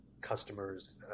customers